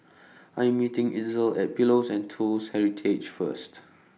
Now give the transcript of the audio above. I Am meeting Itzel At Pillows and Toast Heritage First